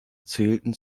zählten